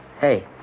Hey